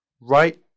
right